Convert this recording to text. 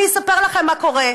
אני אספר לכם מה קורה,